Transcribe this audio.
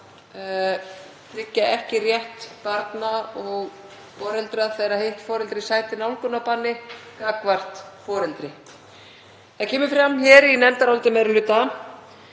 ekki rétt barna og foreldra þegar hitt foreldrið sætir nálgunarbanni gagnvart foreldri. Það kemur fram í nefndaráliti meiri hluta,